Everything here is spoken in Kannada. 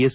ಎಸ್